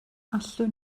allwn